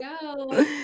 go